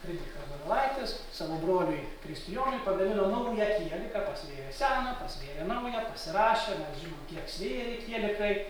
frydrichas donelaitis savo broliui kristijonui pagamino naują kieliką pasvėrė seną pasvėrė naują pasirašė mes žinom kiek svėrė kielikai